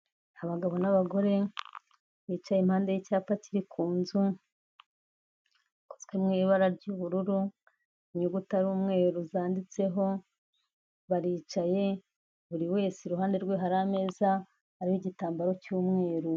Abagabo n'abagore bicaye impande y'icyapa kiri ku nzu gikozwe mu ibara ry'ubururu inyuguti iri umweru zanditseho, baricaye buri wese iruhande rwe hari ameza hariho igitambaro cy'umweru.